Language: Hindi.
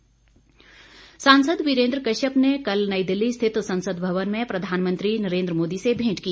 वीरेन्द्र कश्यप सांसद वीरेन्द्र कश्यप ने कल नई दिल्ली स्थित संसद भवन में प्रधानमंत्री नरेन्द्र मोदी से भेंट की